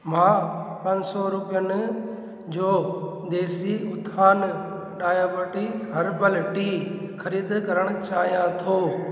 मां पंज सौ रुपियनि जो देसी उत्थान डायबटी हर्बल टी ख़रीद करण चाहियां थो